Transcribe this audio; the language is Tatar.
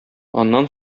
аннан